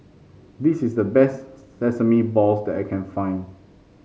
this is the best Sesame Balls that I can find